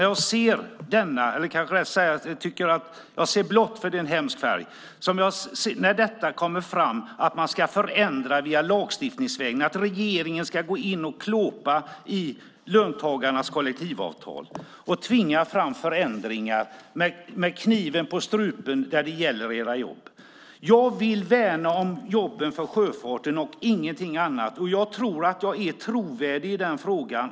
Jag ska kanske säga att jag ser blått, för det är en hemsk färg, när det kommer fram att man ska förändra lagstiftningsvägen, att regeringen ska gå in och klåpa med löntagarnas kollektivavtal och tvinga fram förändringar med kniven på strupen där det gäller deras jobb. Jag vill värna om jobben för sjöfarten och ingenting annat. Jag tror att jag är trovärdig i den frågan.